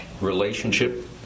relationship